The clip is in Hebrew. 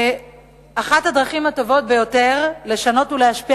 אחת הדרכים הטובות ביותר לשנות ולהשפיע